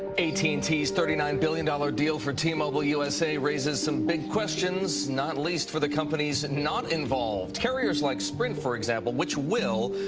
t's thirty nine billion dollars deal for t-mobile usa raises some big questions, not least for the companies not involved. carriers like sprint for example, which will,